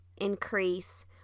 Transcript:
increase